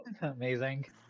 Amazing